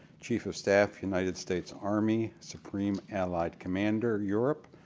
chief of staff, united states army, supreme allied commander europe,